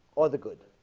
or the good